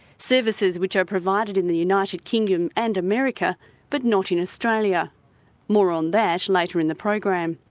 services which are provided in the united kingdom and america but not in australia more on that later in the program.